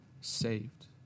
saved